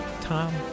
Tom